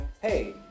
hey